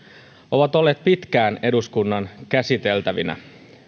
ovat olleet pitkään eduskunnan käsiteltävinä